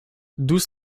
douze